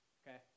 okay